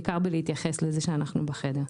בעיקר בהתייחס לזה שאנחנו בחדר.